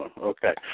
Okay